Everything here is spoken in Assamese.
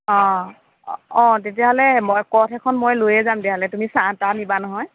অঁ অঁ অঁ তেতিয়াহ'লে মই কঠ এখন মই লৈয়ে যাম তেতিয়াহ'লে তুমি চাহ তাহ নিবা নহয়